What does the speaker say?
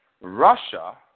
Russia